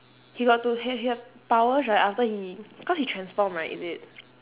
he got to he he have powers right after he cause he transform right is it